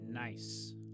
Nice